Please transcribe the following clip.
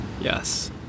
yes